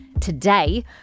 Today